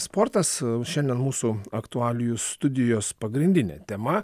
sportas šiandien mūsų aktualijų studijos pagrindinė tema